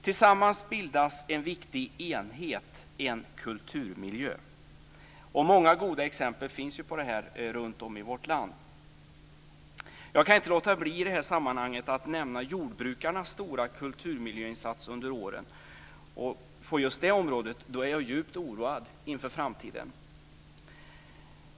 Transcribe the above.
Tillsammans bildar de en viktig enhet, en kulturmiljö. Många goda exempel på detta finns runtom i vårt land. Jag kan i detta sammanhang inte låta bli att nämna jordbrukarnas stora kulturmiljöinsats under åren. På just det området är jag djupt oroad inför framtiden.